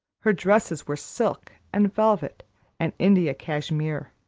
her dresses were silk and velvet and india cashmere,